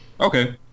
okay